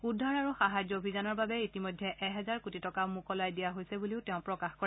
উদ্ধাৰ আৰু সাহায্য অভিযানৰ বাবে ইতিমধ্যে এহেজাৰ কোটি টকা মোকলাই দিয়া হৈছে বুলিও তেওঁ প্ৰকাশ কৰে